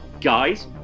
Guys